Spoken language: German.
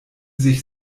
sich